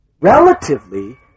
Relatively